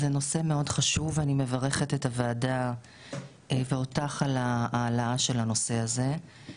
זה נושא מאד חשוב ואני מברכת את הוועדה ואותך על ההעלאה של הנושא הזה.